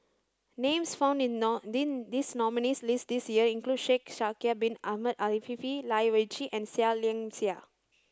names found in this nominees' list this year include Shaikh Yahya Bin Ahmed Afifi Lai Weijie and Seah Liang Seah